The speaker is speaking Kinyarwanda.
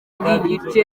bw’igice